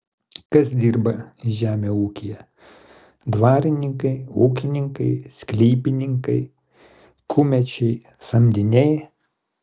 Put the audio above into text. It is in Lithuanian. kas dirba žemę ūkyje dvarininkai ūkininkai sklypininkai kumečiai samdiniai